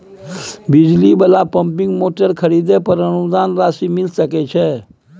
बिजली वाला pumping motor खरीदे पर अनुदान राशि मिल सके छैय?